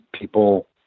people